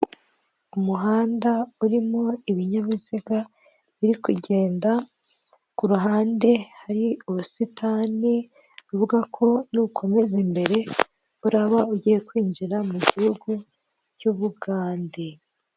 Umuhanda urimo ibinyabiziga biri kugenda, ku ruhande hari ubusitani, bivuga ko nukomeza imbere, uraba ugiye kwinjira mu gihugu cy'u Bugande.